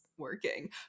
working